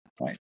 Right